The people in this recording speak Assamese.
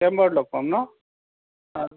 তাতে মই লগ পাম ন'